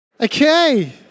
Okay